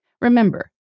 Remember